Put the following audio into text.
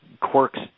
quirks